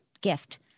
gift